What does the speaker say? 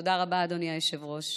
תודה רבה, אדוני היושב-ראש.